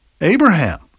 Abraham